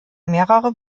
mehrere